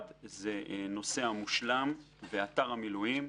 אחד זה נושא המושלם ואתר המילואים.